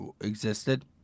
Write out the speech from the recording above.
existed